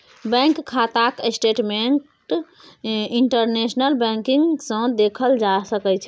bank खाताक statement internet banking सँ देखल जा सकै छै